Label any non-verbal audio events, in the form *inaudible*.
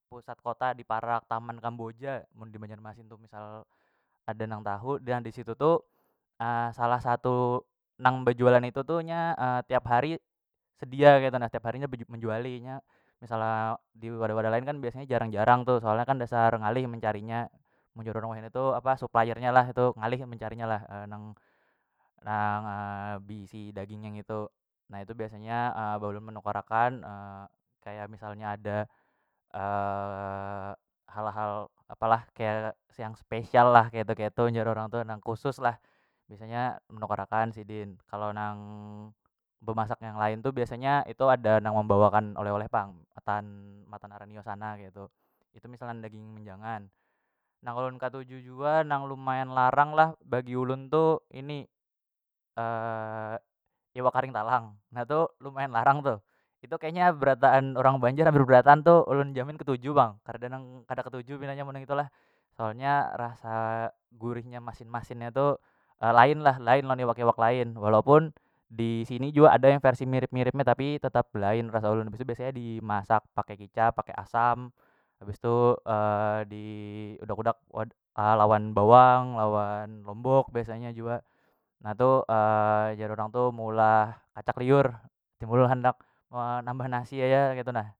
Pusat kota di parak taman kamboja mun di banjarmasin tu misal ada nang tahu *hesitation* disitu tu *hesitation* salah satu nang bejualan itu tu nya *hesitation* tiap hari sedia tiap hari beju menjuali nya misalnya diwadah lain- lain kan biasanya jarang- jarang tu soalnya kan dasar ngalih mencari nya mun jar orang wahini tuh apa suplier nya lah tu ngalih mencari nya lah *hesitation* nang bisi daging yang itu na itu biasanya *hesitation* balum menukar akan *hesitation* kaya misalnya ada *hesitation* hal- hal apalah kaya yang spesial lah ketu- ketu jar orang tu nang khusus lah biasanya menukar akan sidin kalo nang bemasak yang lain tu biasanya itu ada nang membawakan oleh- oleh pang ketan *unintelligible* sana ketu itu misalnya daging menjangan nang ulun ketu jua nang lumayan larang lah bagi ulun tu ini *hesitation* iwak karing talang na tu lumayan larang tu itu kaya nya berataan orang banjar beberataan tu ulun jamin ketuju pang kareda nang kada ketuju pina nya mun nang itu lah. Soalnya rasa gurih masin- masin nya tu lain lah lain lawan iwak- iwak lain walaupun di sini jua ada yang versi mirip- mirip nya tapi tetap lain rasa ulun biasa- biasanya di masak pakai kicap pakai asam habis tu *hesitation* diudak- udak *hesitation* lawan bawang lawan lombok biasanya jua na tu *hesitation* jar orang tu meulah kacak liur timbul handak benambah nasi ya ketunah.